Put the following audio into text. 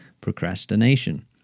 procrastination